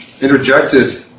interjected